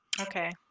Okay